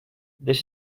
this